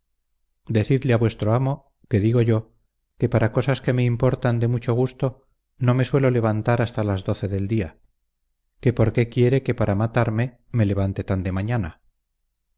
decidle a vuestro amo que digo yo que para cosas que me importan de mucho gusto no me suelo levantar hasta las doce del día que por qué quiere que para matarme me levante tan de mañana